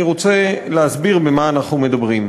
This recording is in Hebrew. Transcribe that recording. אני רוצה להסביר במה אנחנו מדברים.